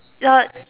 the